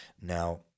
Now